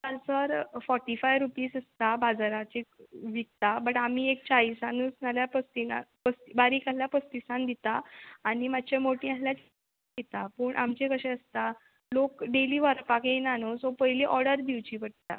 आ sir forty five rupees आसता बाजाराची विकता बट आमी एक चाळिसानूच नाल्या पस्तिना पस बारीक आल्ह्या पस्तिसान दिता आनी मात्शे मोटी आसल्यार दिता पूण आमचें कशें आसता लोक डेली व्हरपाक येयना न्हू सो पयली ऑडर दिवची पडटा